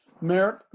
Merrick